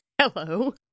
Hello